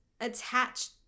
attached